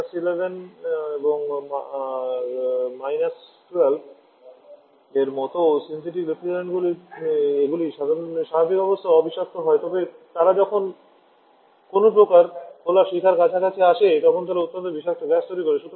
R 11 এবং R 12 এর মতো সিন্থেটিক রেফ্রিজারেন্টগুলি এগুলি স্বাভাবিক অবস্থায় অ বিষাক্ত হয় তবে তারা যখন কোনও প্রকার খোলা শিখার কাছাকাছি আসে তখন তারা অত্যন্ত বিষাক্ত গ্যাস তৈরি করে